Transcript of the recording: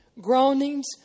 Groanings